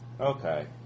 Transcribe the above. Okay